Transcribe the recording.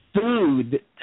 food